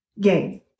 game